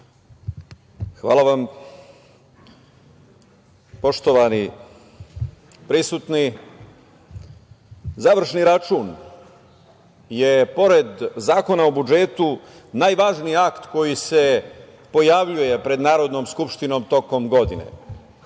Hvala vam. Poštovani prisutni, završni račun je, pored Zakona o budžetu, najvažniji akt koje se pojavljuje pred Narodnom skupštinom tokom godine.